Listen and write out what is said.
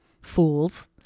fools